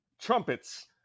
Trumpets